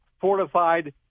fortified